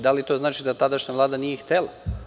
Da li to znači da tadašnja vlada nije htela?